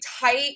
tight